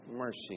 mercy